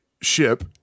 ship